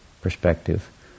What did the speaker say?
perspective